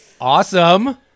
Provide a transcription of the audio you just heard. Awesome